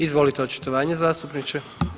Izvolite očitovanje zastupniče.